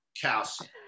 calcium